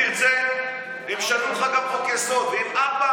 אולי לא ראינו מספיק, ונרחיב קצת בעניין הזה.